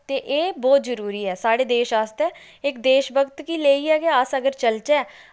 ते एह् बोह्त जरूरी ऐ साढ़े देश आस्तै इक देश भक्त गी लेइयै गै अस अगर चलचै